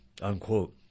unquote